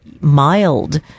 mild